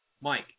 Mike